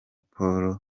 paul